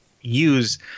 use –